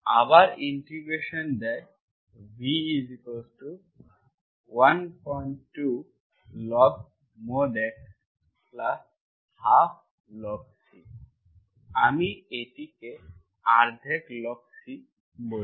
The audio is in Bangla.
আবার ইন্টিগ্রেশন দেয় v 12log X 12log C আমি এটিকে অর্ধেক log C বলি